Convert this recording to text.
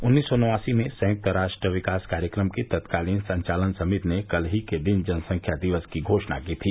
उन्नीस सौ नवासी में संयुक्त राष्ट्र विकास कार्यक्रम की तत्कालीन संचालन समिति ने कल ही के दिन जनसंख्या दिवस की घोषणा की थी